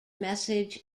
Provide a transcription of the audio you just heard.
message